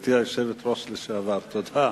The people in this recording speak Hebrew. גברתי היושבת-ראש לשעבר, תודה.